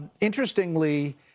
Interestingly